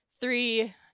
three